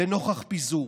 לנוכח פיזור.